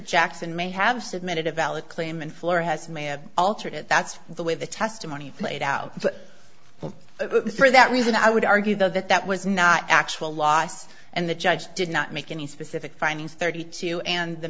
jackson may have submitted a valid claim and flora has may have altered it that's the way the testimony played out but for that reason i would argue though that that was not actual loss and the judge did not make any specific findings thirty two and the